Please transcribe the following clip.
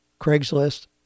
Craigslist